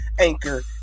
Anchor